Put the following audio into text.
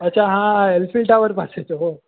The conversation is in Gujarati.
અચ્છા હા એલફીલ ટાવર પાસે છે હો